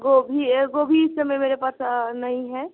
गोभी गोभी इस समय मेरे पास नहीं है